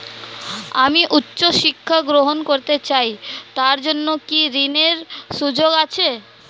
আমি উচ্চ শিক্ষা গ্রহণ করতে চাই তার জন্য কি ঋনের সুযোগ আছে?